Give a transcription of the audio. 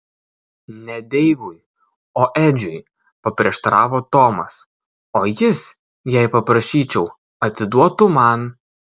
ne deivui o edžiui paprieštaravo tomas o jis jei paprašyčiau atiduotų man